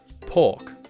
Pork